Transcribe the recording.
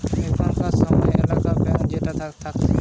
এখানকার সময় এলাহাবাদ ব্যাঙ্ক যেটা থাকতিছে